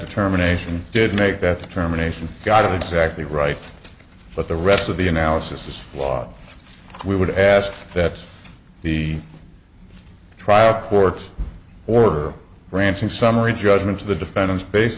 determination did make that determination guided exactly right but the rest of the analysis is flawed we would ask that the trial court order granting summary judgment to the defendants based